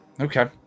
Okay